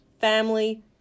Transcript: family